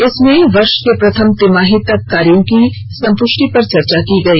बैठक में इस वर्ष के प्रथम तिमाही तक कार्यो की संपुष्टि पर चर्चा की गई